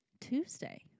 Tuesday